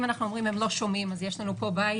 אם אנחנו אומרים הם לא שומעים אז יש לנו פה בעיה.